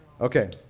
Okay